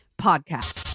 Podcast